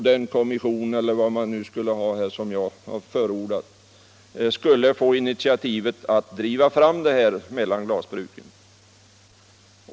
Den kommission, eller vad man skulle ha, som jag har förordat borde då ta initiativet till ett sådant samarbete.